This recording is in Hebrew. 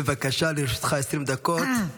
בבקשה, לרשותך 20 דקות.